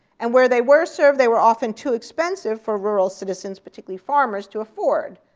and where they were served they were often too expensive for rural citizens, particularly farmers, to afford.